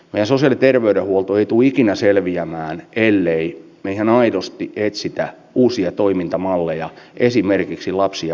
myös useiden terveydenhuoltoetuikinä selviämään ellei suomen osuus kokonaiskustannuksista vahvistuu myöhemmin osallistujamaiden välisissä neuvotteluissa